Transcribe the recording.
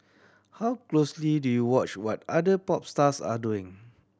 how closely do you watch what other pop stars are doing